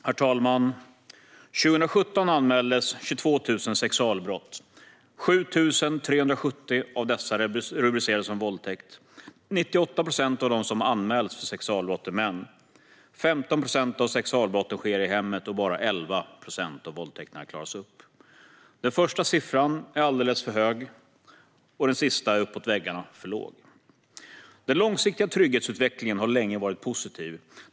Herr talman! År 2017 anmäldes 22 000 sexualbrott. Av dessa rubricerades 7 370 som våldtäkt. Av de som anmäls för sexualbrott är 98 procent män. 15 procent av sexualbrotten sker i hemmet, och bara 11 procent av våldtäkterna klaras upp. Den första siffran är alldeles för hög, och den sista är uppåt väggarna för låg. Den långsiktiga trygghetsutvecklingen har länge varit positiv.